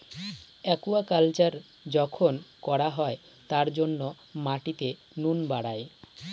aquaculture যখন করা হয় তার জন্য মাটিতে নুন বাড়ায়